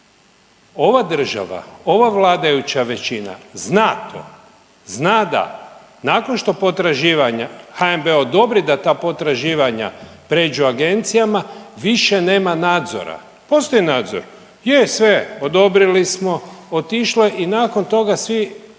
Ova država, ova vladajuća većina zna to, zna da nakon što potraživanja HNB odobri da ta potraživanja pređu agencijama, više nema nadzora. Postoji nadzor, je, sve, odobrili smo, otišlo je i nakon toga svi